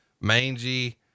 mangy